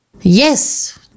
Yes